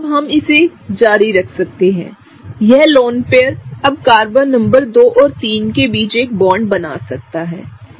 हम इसे जारी रख सकते हैंयह लोन पेयर अबकार्बननंबर 2 और 3 केबीच एक बॉन्ड बना सकता है सही